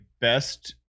best